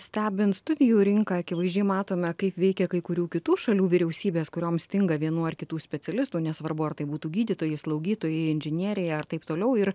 stebint studijų rinką akivaizdžiai matome kaip veikia kai kurių kitų šalių vyriausybės kurioms stinga vienų ar kitų specialistų nesvarbu ar tai būtų gydytojai slaugytojai inžinieriai ar taip toliau ir